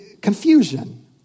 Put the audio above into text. Confusion